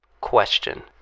Question